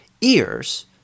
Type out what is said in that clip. ears